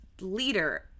leader